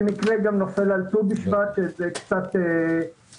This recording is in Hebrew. במקרה גם נופל על ט"ו בשבט זה קצת צורם.